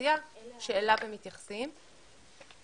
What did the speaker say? --- באוכלוסייה שאליו הם מתייחסים.